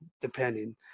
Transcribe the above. depending